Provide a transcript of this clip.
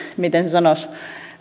miten sen sanoisi